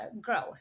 growth